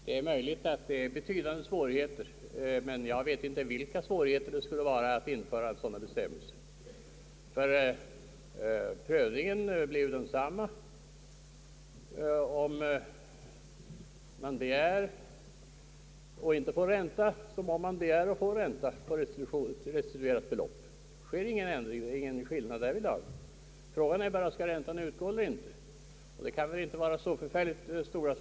Herr talman! Det kan kanske finnas vissa svårigheter när det gäller att införa sådana bestämmelser som reservanterna förordat, men jag vet inte vilka dessa svårigheter skulle vara — prövningen blir ju densamma om man begär och inte får ränta som om man begär och får ränta på restituerat be lopp. Det är ingen skillnad därvidlag. Frågan är bara om ränta skall utgå eller inte; och på den punkten kan väl inte svårigheterna vara så förfärligt stora.